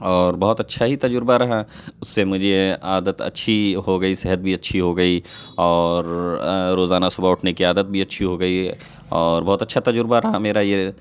اور بہت اچھا ہی تجربہ رہا اس سے مجھے عادت اچھی ہو گئی صحت بھی اچھی ہو گئی اور روزانہ صبح اٹھنے کی عادت بھی اچھی ہو گئی اور بہت اچھا تجربہ رہا میرا یہ